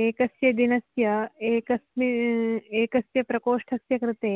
एकस्य दिनस्य एकस्य एकस्य प्रकोष्ठस्य कृते